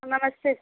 नमस्ते जी